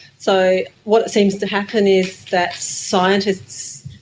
so what seems to happen is that scientists,